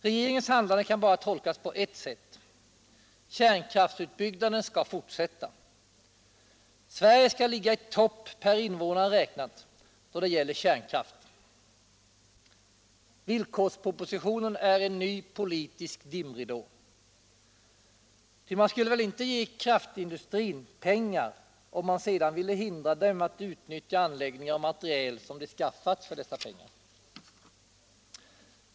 Regeringens handlande kan bara tolkas på ett sätt: Kärnkraftsutbygg naden skall fortsätta. Sverige skall ligga i topp, per invånare räknat, då det gäller kärnkraft. Villkorspropositionen är en ny politisk dimridå. Ty man skulle väl inte ge kraftindustrin pengar om man sedan ville hindra den att nyttja anläggningar och materiel som anskaffats för dessa pengar?